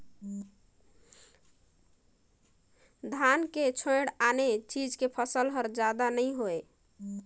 धान के छोयड़ आने चीज के फसल हर जादा नइ होवय